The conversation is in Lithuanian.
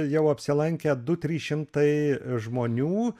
jau apsilankę du trys šimtai žmonių